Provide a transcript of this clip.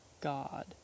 God